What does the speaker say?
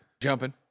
jumping